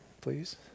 please